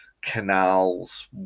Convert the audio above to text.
canals